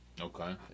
Okay